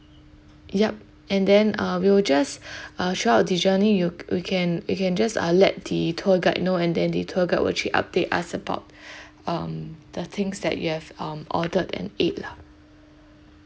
yup and then uh we will just uh throughout the journey you we can we can just uh let the tour guide know and then the tour guide will actually update us about um the things that you have um ordered and ate lah